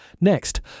Next